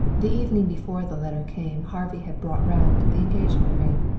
the evening before the letter came harvey had brought round the engagement ring.